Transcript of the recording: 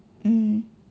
mm